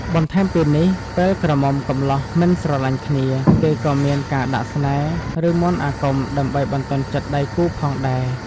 បន្ថែមពីនេះ ពេលក្រមុំកំលោះមិនស្រលាញ់គ្នា គេក៏មានការដាក់ស្នេហ៍ ឬមន្តអាគមដើម្បីបន្ទន់ចិត្តដៃគូផងដែរ។